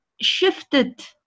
shifted